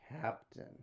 captain